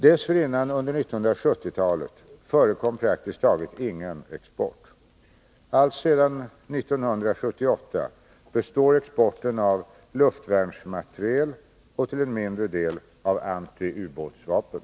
Dessförinnan under 1970-talet förekom praktiskt taget ingen export. Alltsedan år 1978 består exporten av luftvärnsmateriel och till en mindre del av antiubåtsvapen.